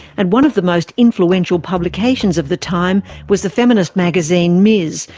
and one of the most influential publications of the time was the feminist magazine ms,